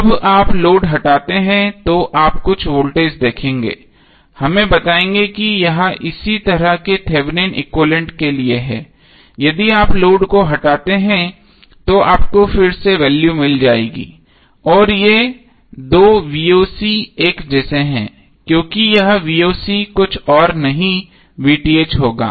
जब आप लोड हटाते हैं तो आप कुछ वोल्टेज देखेंगे हमें बताएंगे कि यह इसी तरह के थेवेनिन एक्विवैलेन्ट के लिए है यदि आप लोड को हटाते हैं तो आपको फिर से वैल्यू मिल जाएगी और ये दो एक जैसे हैं क्योंकि यह कुछ और नहीं होगा